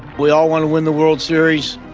we all want to win the world series,